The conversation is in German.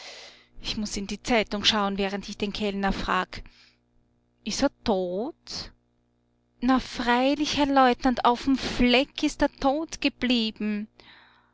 ich muß in die zeitung schau'n während ich den kellner frag ist er tot na freilich herr leutnant auf'm fleck ist er tot geblieben